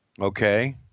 Okay